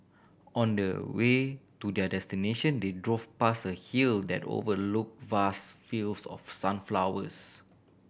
on the way to their destination they drove past a hill that overlook vast fields of sunflowers